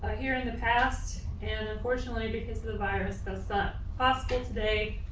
here in the past and unfortunately because the the virus does some classical today,